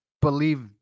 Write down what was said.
believe